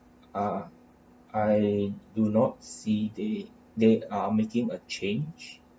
uh I do not see they they are making a change